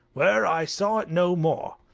where i saw it no more.